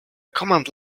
command